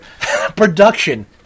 production